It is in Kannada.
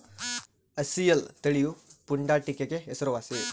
ಅಸೀಲ್ ತಳಿಯು ಪುಂಡಾಟಿಕೆಗೆ ಹೆಸರುವಾಸಿ